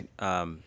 right